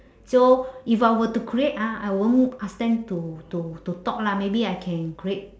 so if I were to create ah I won't ask them to to to talk lah maybe I can create